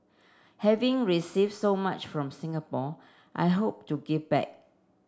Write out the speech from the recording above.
having receive so much from Singapore I hope to give back